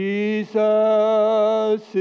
Jesus